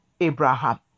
Abraham